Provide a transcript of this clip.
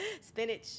Spinach